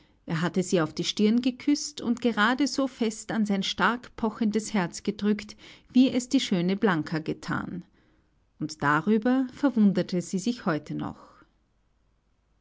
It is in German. er hatte sie auf die stirn geküßt und gerade so fest an sein starkpochendes herz gedrückt wie es die schöne blanka gethan und darüber verwunderte sie sich heute noch